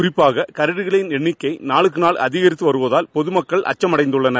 குறிப்பாக கரடிகளின் எண்ணிக்கை நாளுக்கு நாள் அதிவித்து வருவதால் பொதுமக்கள் அச்சமடைந்துள்ளனர்